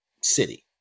city